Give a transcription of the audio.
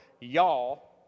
y'all